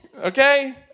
okay